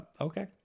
Okay